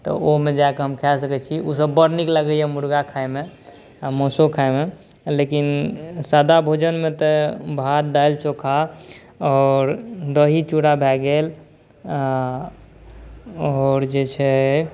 तऽ ओहिमे जाकऽ हमसब खा सकै छी ओसब बड़ नीक लागैए मुर्गा खाइमे आओर मौसो खाइमे लेकिन सादा भोजनमे तऽ भात दालि चोखा आओर दही चूड़ा भऽ गेल आओर जे छै